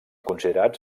considerats